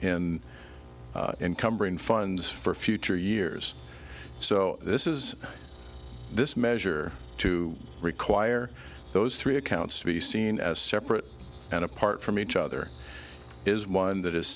encumbering funds for future years so this is this measure to require those three accounts to be seen as separate and apart from each other is one that is